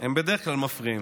הם בדרך כלל מפריעים.